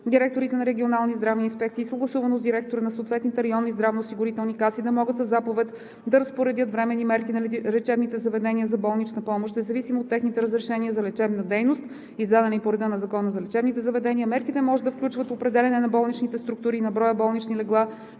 директорите на регионалните здравни инспекции, съгласувано с директора на съответните районни здравноосигурителни каси, да могат със заповед да разпоредят временни мерки на лечебните заведения за болнична помощ, независимо от техните разрешения за лечебна дейност, издадени по реда на Закона за лечебните заведения. Мерките може да включват определяне на болничните структури и на броя болнични легла